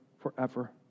forever